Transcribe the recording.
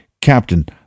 Captain